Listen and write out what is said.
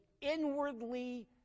inwardly